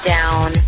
Down